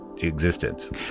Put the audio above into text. existence